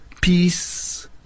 peace